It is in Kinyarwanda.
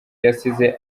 yasize